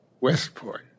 Westport